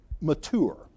mature